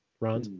Ron